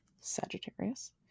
Sagittarius